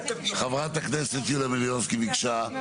חברת הכנסת יוליה מלינובסקי ביקשה,